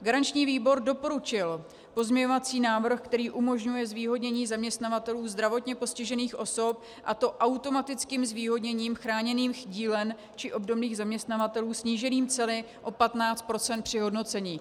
Garanční výbor doporučil pozměňovací návrh, který umožňuje zvýhodnění zaměstnavatelů zdravotně postižených osob, a to automatickým zvýhodněním chráněných dílen či obdobných zaměstnavatelů snížením ceny o 15 % při hodnocení.